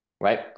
Right